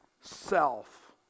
self